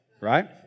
right